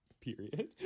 period